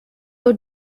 your